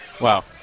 Wow